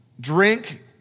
drink